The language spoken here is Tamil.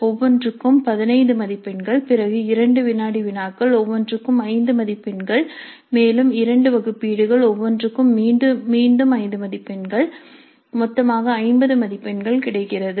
ஒவ்வொன்றுக்கும் 15 மதிப்பெண்கள் பிறகு இரண்டு வினாடி வினாக்கள் ஒவ்வொன்றுக்கும் 5 மதிப்பெண்கள் மேலும் இரண்டு வகுப்பீடுகள் ஒவ்வொன்றுக்கும் மீண்டும் 5 மதிப்பெண்கள் மொத்தமாக 50 மதிப்பெண்கள் கிடைக்கிறது